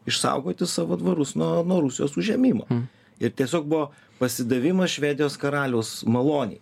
išsaugoti savo dvarus nuo nuo rusijos užėmimo ir tiesiog buvo pasidavimas švedijos karaliaus malonei